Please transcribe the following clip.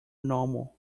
normal